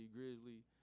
Grizzly